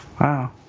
Wow